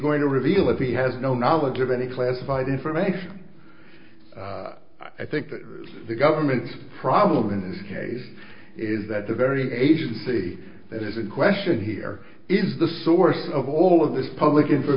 going to reveal if he has no knowledge of any classified information i think that the government's problem in this case is that the very agency that is in question here is the source of all of this public infor